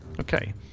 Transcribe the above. Okay